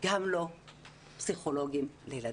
וגם לא פסיכולוגים לילדים.